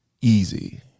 easy